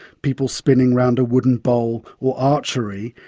people spinning around a wooden bowl, or archery,